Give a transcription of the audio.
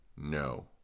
no